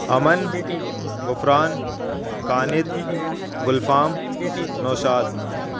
امن غفران کانت گلفام نوشاد